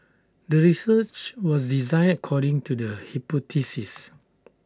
the research was designed according to the hypothesis